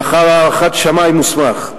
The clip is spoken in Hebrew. לאחר הערכת שמאי מוסמך,